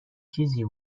چیزی